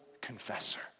confessor